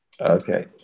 Okay